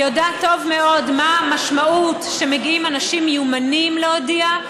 היא יודעת טוב מאוד מהי המשמעות כשמגיעים אנשים מיומנים להודיע,